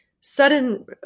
sudden